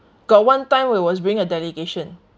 got one time where was bring a delegation